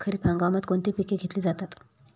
खरीप हंगामात कोणती पिके घेतली जातात?